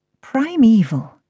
Primeval